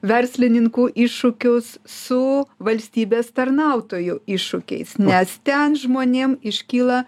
verslininkų iššūkius su valstybės tarnautojų iššūkiais nes ten žmonėm iškyla